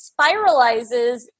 spiralizes